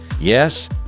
Yes